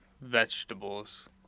vegetables